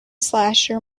slasher